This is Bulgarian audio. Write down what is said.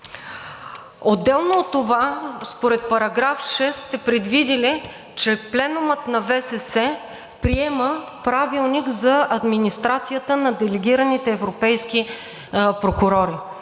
Отделно от това, според § 6 сте предвидили, че Пленумът на ВСС приема Правилник за администрацията на делегираните европейски прокурори.